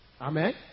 Amen